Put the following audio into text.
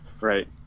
right